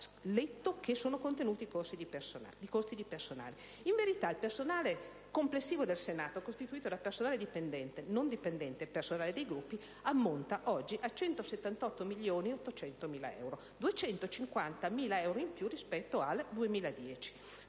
letto che sono contenuti i costi di personale. In verità, il costo del personale complessivo del Senato, costituito da personale dipendente, non dipendente e da personale dei Gruppi, ammonta oggi a 178.800.000 euro, 250.000 euro in più rispetto al 2010: